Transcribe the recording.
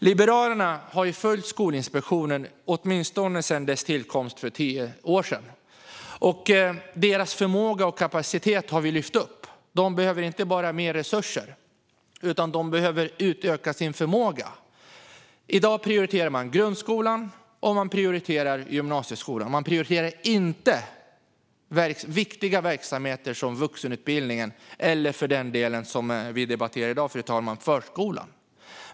Liberalerna har följt Skolinspektionen sedan dess tillkomst för tio år sedan. Deras förmåga och kapacitet har vi lyft upp. De behöver inte bara mer resurser. De behöver också utöka sin förmåga. I dag prioriterar man grundskolan och gymnasieskolan. Man prioriterar inte viktiga verksamheter som vuxenutbildningen eller för den delen förskolan, som vi debatterar i dag.